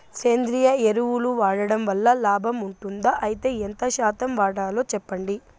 సేంద్రియ ఎరువులు వాడడం వల్ల లాభం ఉంటుందా? అయితే ఎంత శాతం వాడాలో చెప్పండి?